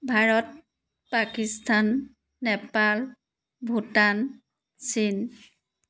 ভাৰত পাকিস্তান নেপাল ভূটান চীন